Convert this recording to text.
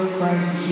Christ